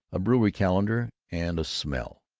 a brewery calendar, and a smell.